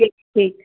ठीक ठीक